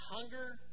hunger